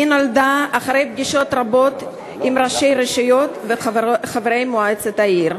היא נולדה אחרי פגישות רבות עם ראשי רשויות וחברי מועצת עיר.